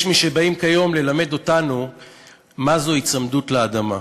יש מי שבאים כיום ללמד אותנו מה זו היצמדות לאדמה,